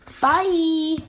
bye